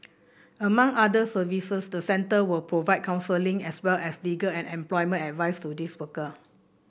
among other services the centre will provide counselling as well as legal and employment advice to these worker